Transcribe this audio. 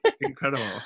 Incredible